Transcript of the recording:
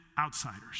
outsiders